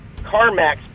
CarMax